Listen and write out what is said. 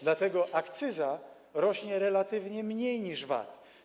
Dlatego akcyza rośnie relatywnie mniej niż VAT.